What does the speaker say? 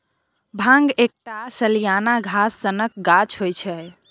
भांग एकटा सलियाना घास सनक गाछ होइ छै